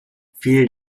fiel